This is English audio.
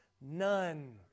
none